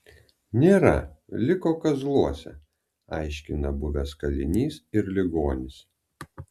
nėra liko kazluose aiškina buvęs kalinys ir ligonis